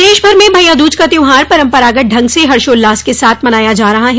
प्रदेश भर में भइया दूज का त्यौहार परम्परागत ढंग से हर्षोल्लास के साथ मनाया जा रहा है